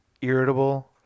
Irritable